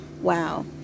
wow